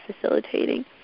facilitating